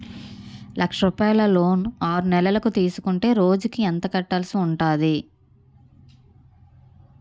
లక్ష రూపాయలు లోన్ ఆరునెలల కు తీసుకుంటే రోజుకి ఎంత కట్టాల్సి ఉంటాది?